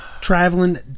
Traveling